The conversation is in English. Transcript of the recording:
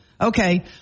Okay